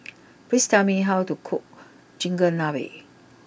please tell me how to cook Chigenabe